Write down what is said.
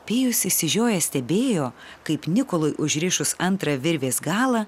pijus išsižiojęs stebėjo kaip nikolui užrišus antrą virvės galą